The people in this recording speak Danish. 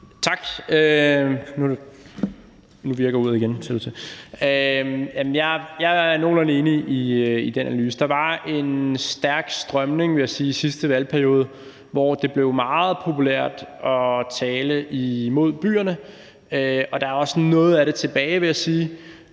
at uret virker igen. Jeg er nogenlunde enig i den analyse. Der var en stærk strømning, vil jeg sige, i sidste valgperiode, hvor det blev meget populært at tale imod byerne, og der er også noget af det tilbage, vil jeg sige.